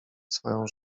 swoją